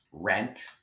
Rent